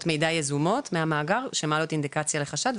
מידע יזומות מהמאגר שמעלות אינדיקציה לחשד,